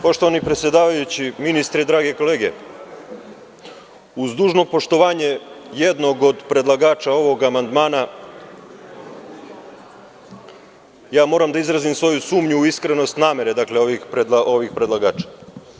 Poštovani predsedavajući, ministre i drage kolege, uz dužno poštovanje jednog od predlagača ovog amandmana, moram da izrazim sumnju u iskrenost namere ovih predlagača.